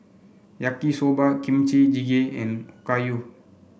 Yaki Soba Kimchi Jjigae and Okayu